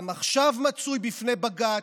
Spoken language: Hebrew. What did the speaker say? וגם עכשיו מצוי בפני בג"ץ.